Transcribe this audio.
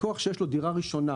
לקוח שיש לו דירה ראשונה,